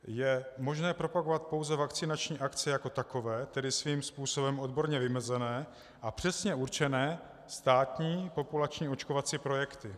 Je možné propagovat pouze vakcinační akce jako takové, tedy svým způsobem odborně vymezené a přesně určené státní populační očkovací projekty.